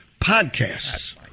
Podcasts